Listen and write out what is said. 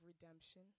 redemption